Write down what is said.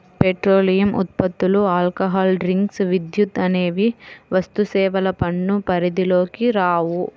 petroleum ఉత్పత్తులు, alcohol drinks, విద్యుత్ అనేవి వస్తుసేవల పన్ను పరిధిలోకి రావు